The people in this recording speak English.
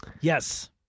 yes